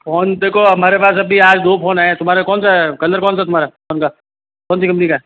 phone देखो हमारे पास अभी आज दो फोन आए तुम्हारा कौन सा है कलर कौन सा है तुम्हारा फोन का कौन सी कम्पनी का है